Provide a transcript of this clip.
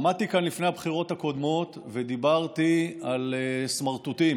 עמדתי כאן לפני הבחירות הקודמות ודיברתי על סמרטוטים,